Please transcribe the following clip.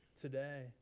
today